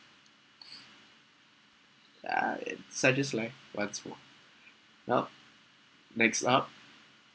uh it such as life once more now makes up